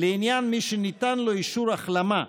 לעניין מי שניתן לו אישור החלמה,